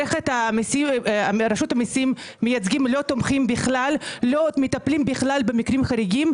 כרגע המייצגים לא מטפלים במקרים חריגים,